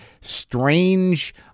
strange